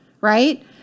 right